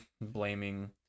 blaming